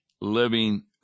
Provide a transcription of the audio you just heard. living